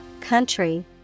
country